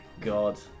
god